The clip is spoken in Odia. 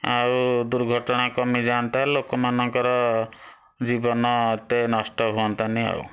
ଆଉ ଦୁର୍ଘଟଣା କମିଯାଆନ୍ତା ଲୋକମାନଙ୍କର ଜୀବନ ଏତେ ନଷ୍ଟ ହୁଅନ୍ତାନି ଆଉ